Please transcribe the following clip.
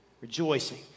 Rejoicing